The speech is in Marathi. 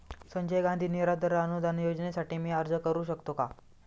संजय गांधी निराधार अनुदान योजनेसाठी मी अर्ज करू शकतो का?